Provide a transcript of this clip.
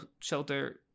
shelter